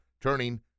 turning